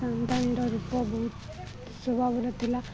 ଣ୍ଡାଇଣ୍ଡ ରୂପ ବହୁତ ଶଭାବନ ଥିଲା